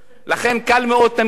לכן קל מאוד לדבר,